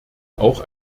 auch